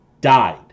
died